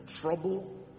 trouble